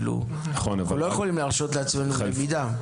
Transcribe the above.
אתם לא יכולים להרשות לעצמכם למידה.